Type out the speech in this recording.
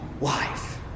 life